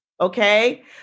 Okay